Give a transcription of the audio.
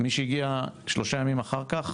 מי שהגיע שלושה ימים אחר כך